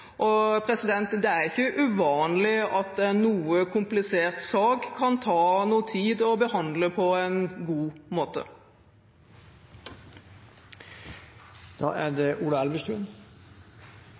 og det er ikke uvanlig at det kan ta noe tid å behandle en noe komplisert sak på en god måte.